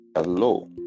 Hello